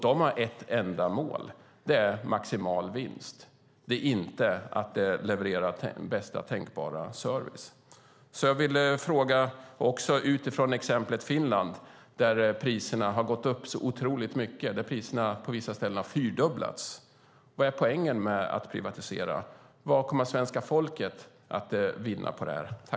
De har ett enda mål, och det är maximal vinst - inte att leverera bästa tänkbara service. Också utifrån exemplet Finland, där priserna har gått upp otroligt mycket och på vissa ställen fyrdubblats, vill jag fråga: Vad är poängen med att privatisera? Vad kommer svenska folket att vinna på detta?